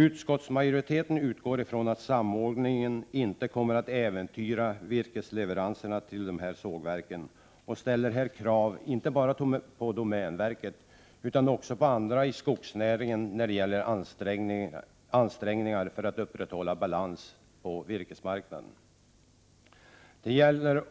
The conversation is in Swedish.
Utskottsmajoriteten utgår från att samordningen inte kommer att äventyra virkesleveranserna till de här sågverken och ställer krav inte bara på domänverket utan också på andra i skogsnäringen när det gäller ansträngningarna att upprätthålla balansen på virkesmarknaden men